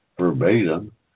verbatim